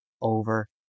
over